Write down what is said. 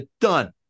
done